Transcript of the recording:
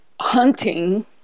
hunting